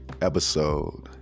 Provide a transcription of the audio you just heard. episode